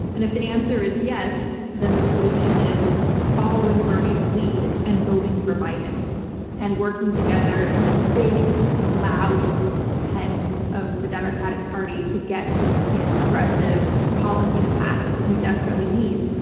and if the answer is yes, then the solution is following bernie's lead and voting for biden and working together in the big loud tent of the democratic party to get these progressive policies passed that we desperately need,